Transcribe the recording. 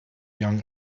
young